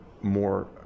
more